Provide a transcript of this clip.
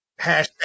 Hashtag